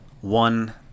one